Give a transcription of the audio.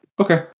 Okay